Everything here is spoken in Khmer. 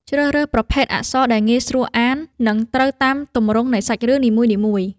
ជ្រើសរើសប្រភេទអក្សរដែលងាយស្រួលអាន និង ត្រូវតាមទម្រង់នៃសាច់រឿងនីមួយៗ។